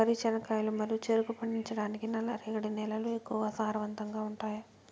వరి, చెనక్కాయలు మరియు చెరుకు పండించటానికి నల్లరేగడి నేలలు ఎక్కువగా సారవంతంగా ఉంటాయా?